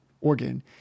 organ